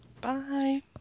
Bye